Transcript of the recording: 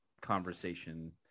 conversation